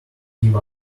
give